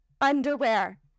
underwear